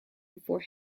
before